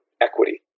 equity